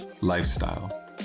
lifestyle